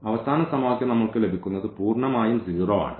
അവസാന സമവാക്യം നമ്മൾക്ക് ലഭിക്കുന്നത് പൂർണ്ണമായും 0 ആണ്